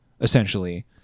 essentially